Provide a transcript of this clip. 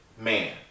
man